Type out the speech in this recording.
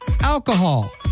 Alcohol